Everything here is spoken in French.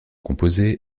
composé